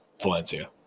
Valencia